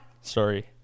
Sorry